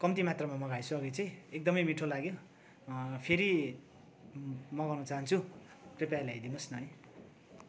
कम्ती मात्रामा मगाएछु अघि चाहिँ एकदमै मिठो लाग्यो फेरि मगाउन चाहन्छु कृपया ल्याइदिनु होस् न है